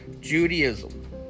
Judaism